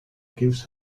gives